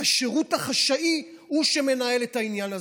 השירות החשאי הוא שמנהל את העניין הזה?